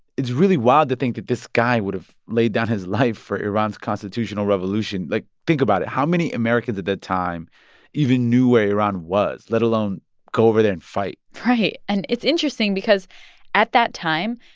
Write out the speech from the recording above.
it's really wild to think that this guy would have laid down his life for iran's constitutional revolution. like, think about it. how many americans at that time even knew where iran was, let alone go over there and fight? right. and it's interesting because at that time,